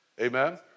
Amen